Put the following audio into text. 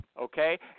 okay